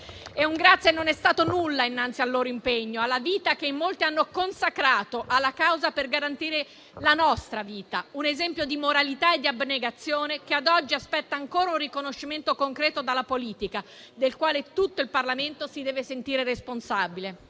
un grazie non è stato nulla innanzi al loro impegno, alla vita che in molti hanno consacrato alla causa per garantire la nostra vita: un esempio di moralità e di abnegazione che ad oggi aspetta ancora un riconoscimento concreto dalla politica e del quale tutto il Parlamento si deve sentire responsabile.